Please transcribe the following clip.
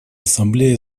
ассамблея